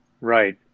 Right